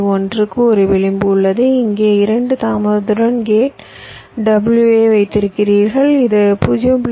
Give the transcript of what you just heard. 1 க்கு ஒரு விளிம்பு உள்ளது இங்கே 2 தாமதத்துடன் கேட் w ஐ வைத்திருக்கிறீர்கள் இது 0